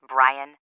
Brian